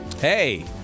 Hey